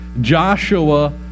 Joshua